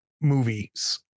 movies